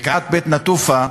בקעת בית-נטופה,